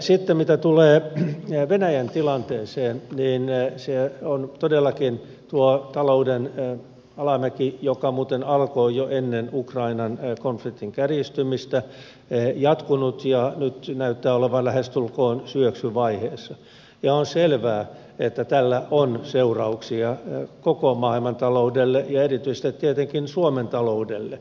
sitten mitä tulee venäjän tilanteeseen niin on todellakin tuo talouden alamäki joka muuten alkoi jo ennen ukrainan konfliktin kärjistymistä jatkunut ja nyt näyttää olevan lähestulkoon syöksyvaiheessa ja on selvää että tällä on seurauksia koko maailmantaloudelle ja erityisesti tietenkin suomen taloudelle